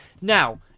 Now